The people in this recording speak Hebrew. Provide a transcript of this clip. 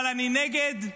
אבל אני נגד,